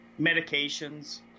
medications